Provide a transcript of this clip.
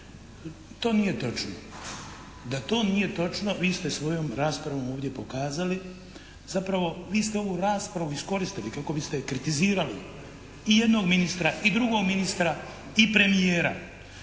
To nije točno. Da to nije točno vi ste svojom raspravom ovdje pokazali, zapravo vi ste ovu raspravu iskoristili kako biste kritizirali i jednog ministra i drugog ministra, i premijera